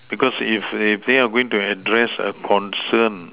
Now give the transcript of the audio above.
because if if they are going to address a concern